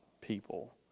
people